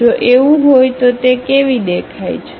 જો એવું હોય તો તે કેવી દેખાય છે